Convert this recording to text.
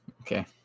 Okay